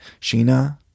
Sheena